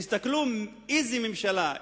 תסתכלו איזו ממשלה,